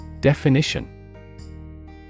Definition